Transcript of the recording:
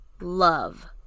love